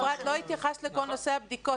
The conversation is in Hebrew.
אפרת, לא התייחסת לכל נושא הבדיקות.